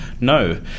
no